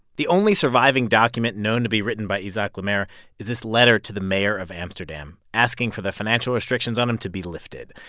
the only surviving document known to be written by isaac le maire is this letter to the mayor of amsterdam, asking for the financial restrictions on him to be lifted.